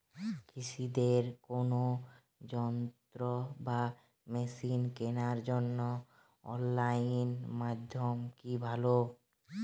কৃষিদের কোন যন্ত্র বা মেশিন কেনার জন্য অনলাইন মাধ্যম কি ভালো?